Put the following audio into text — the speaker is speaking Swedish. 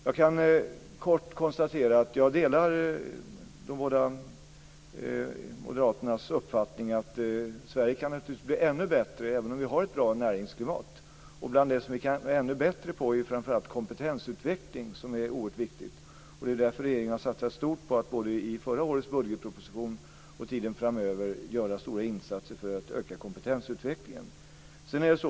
Jag kan kort konstatera att jag delar de moderata talarnas uppfattning att Sverige naturligtvis kan bli ännu bättre, även om vi har ett bra näringsklimat. Det som vi kan bli ännu bättre på är framför allt kompetensutveckling, som är oerhört viktig. Det är därför som regeringen har satsat stort på att både i förra årets budgetpropositionen och för tiden framöver göra stora insatser för att förbättra kompetensutvecklingen.